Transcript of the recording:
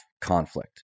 conflict